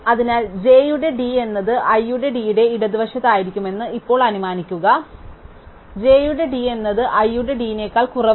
അതിനാൽ jയുടെ d എന്നത് iയുടെ dന്റെ ഇടതുവശത്തായിരിക്കുമെന്ന് ഇപ്പോൾ അനുമാനിക്കുക അതിനാൽ jയുടെ d എന്നത് iയുടെ d നേക്കാൾ കുറവാണ്